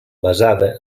basada